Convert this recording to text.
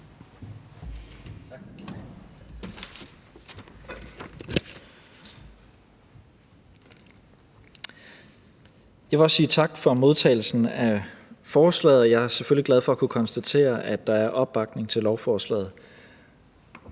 Jeg vil også sige tak for modtagelsen af forslaget, og jeg er selvfølgelig glad for at kunne konstatere, at der er opbakning til lovforslaget.